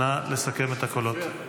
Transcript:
נא לסכם את הקולות.